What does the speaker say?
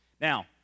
Now